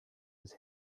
was